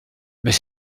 mais